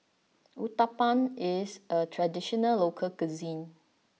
Uthapam is a traditional local cuisine